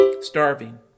Starving